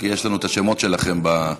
כי יש לנו את השמות שלכם במערכת.